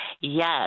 Yes